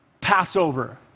Passover